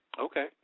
Okay